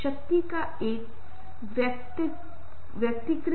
इसलिए मुझे यह बहुत बुरा नहीं लगना चाहिए क्योंकि